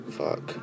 fuck